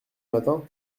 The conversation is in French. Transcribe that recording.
matin